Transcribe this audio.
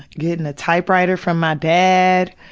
getting' a typewriter from my dad,